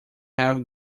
have